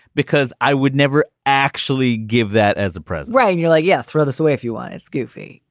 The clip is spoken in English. because i would never actually give that as a press. right. you're like, yeah, throw this away if you want. it's goofy.